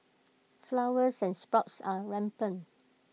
flowers and sprouts are rampant